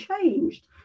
changed